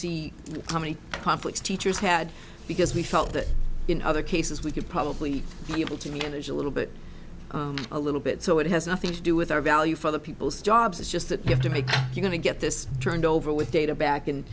see how many conflicts teachers had because we felt that in other cases we could probably be able to manage a little bit a little bit so it has nothing to do with our value for the people's jobs it's just that we have to make going to get this turned over with data back in